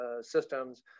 systems